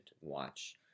watch